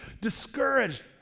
discouraged